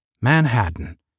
Manhattan